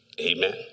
amen